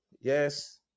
Yes